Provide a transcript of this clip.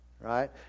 right